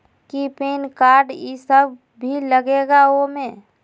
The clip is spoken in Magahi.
कि पैन कार्ड इ सब भी लगेगा वो में?